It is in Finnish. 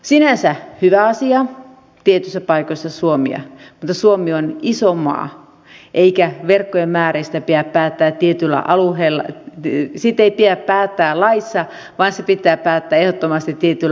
sinänsä hyvä asia tietyissä paikoissa suomea mutta suomi on iso maa eikä verkkojen määristä pidä päättää laissa vaan niistä pitää päättää ehdottomasti tietyillä alueilla